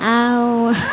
ଆଉ